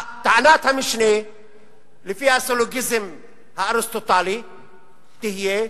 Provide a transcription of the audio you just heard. טענת המשנה לפי הסילוגיזם האריסטוטלי תהיה: